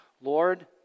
Lord